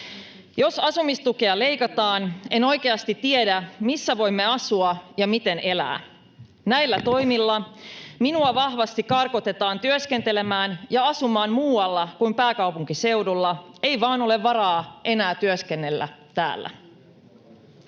Jos asumistukea leikataan, en oikeasti tiedä, missä voimme asua ja miten elää. Näillä toimilla minua vahvasti karkotetaan työskentelemään ja asumaan muualla kuin pääkaupunkiseudulla, ei vaan ole varaa enää työskennellä täällä."